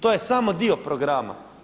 To je samo dio programa.